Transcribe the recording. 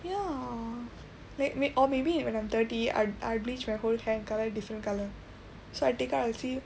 ya like or maybe when I'm thirty I I will bleached my whole hair and colour different colour so I take out and see